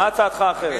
מה הצעתך האחרת?